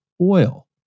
oil